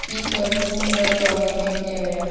ई सब कुल त अमेरीका में चलेला